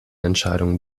entscheidung